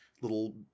little